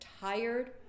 tired